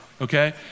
okay